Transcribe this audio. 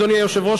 אדוני היושב-ראש,